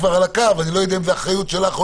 במוסדות שלכם ולהפיל עליכם את האחריות.